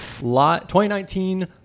2019